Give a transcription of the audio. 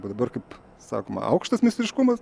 dabar kaip sakoma aukštas meistriškumas